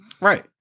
Right